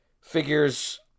figures